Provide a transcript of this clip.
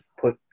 put